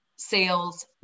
sales